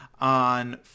on